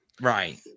Right